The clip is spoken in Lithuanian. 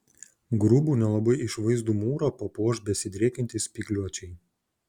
grubų nelabai išvaizdų mūrą papuoš besidriekiantys spygliuočiai